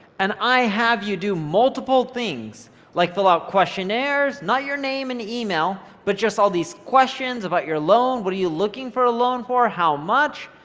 and i have you do multiple things like fill out questionnaires, not your name and email, but just all these questions about your loan, what are you looking for a loan for, how much,